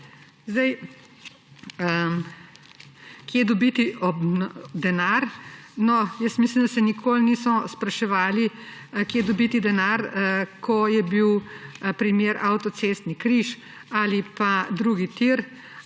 Kje dobiti denar? Mislim, da se nikoli nismo spraševali, kjer dobiti denar, ko je bil primer avtocestni križ ali pa drugi tir,